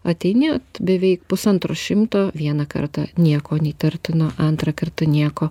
ateini beveik pusantro šimto vieną kartą nieko įtartino antrą kartą nieko